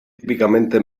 típicamente